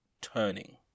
turning